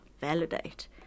validate